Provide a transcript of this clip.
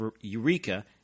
Eureka